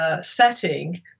setting